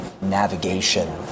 navigation